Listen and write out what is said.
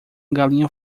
galinha